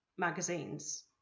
magazines